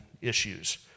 issues